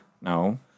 No